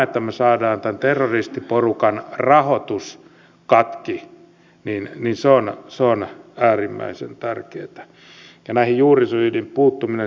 se että me saamme tämän terroristiporukan rahoituksen katki on äärimmäisen tärkeätä näihin juurisyihin puuttuminen